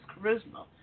charisma